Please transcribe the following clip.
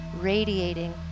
radiating